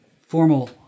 formal